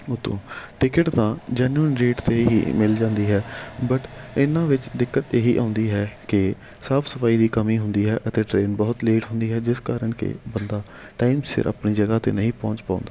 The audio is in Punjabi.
ਉਤੋਂ ਟਿਕਟ ਤਾਂ ਜੈਨੂਅਨ ਰੇਟ 'ਤੇ ਹੀ ਮਿਲ ਜਾਂਦੀ ਹੈ ਬਟ ਇਹਨਾਂ ਵਿੱਚ ਦਿੱਕਤ ਇਹੀ ਆਉਂਦੀ ਹੈ ਕਿ ਸਾਫ ਸਫਾਈ ਦੀ ਕਮੀ ਹੁੰਦੀ ਹੈ ਅਤੇ ਟ੍ਰੇਨ ਬਹੁਤ ਲੇਟ ਹੁੰਦੀ ਹੈ ਜਿਸ ਕਾਰਨ ਕਿ ਬੰਦਾ ਟਾਈਮ ਸਿਰ ਆਪਣੀ ਜਗ੍ਹਾ 'ਤੇ ਨਹੀਂ ਪਹੁੰਚ ਪਾਉਂਦਾ